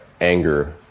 anger